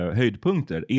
höjdpunkter